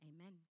amen